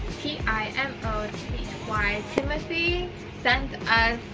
t i m o t h y timothy sent us